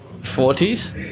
forties